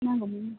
नांगौमोन